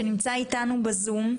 שנמצא איתנו בזום.